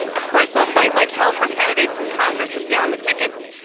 of course, i'll fight like hell for candidates in congress and down the tickets,